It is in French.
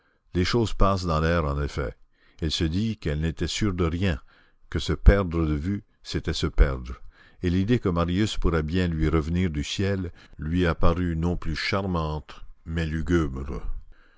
les choses passent dans l'air en effet elle se dit qu'elle n'était sûre de rien que se perdre de vue c'était se perdre et l'idée que marius pourrait bien lui revenir du ciel lui apparut non plus charmante mais lugubre